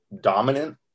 dominant